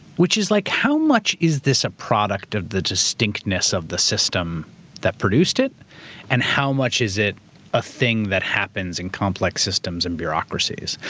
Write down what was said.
which is like how much is this a product of the distinctness of the system that produced it and how much is it a thing that happens in complex systems and bureaucracies?